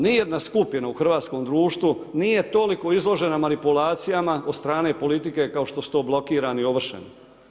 Nijedna skupina u hrvatskom društvu nije toliko izložena manipulacijama od strane politike kao što su to blokirani i ovršeni.